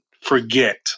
forget